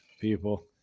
people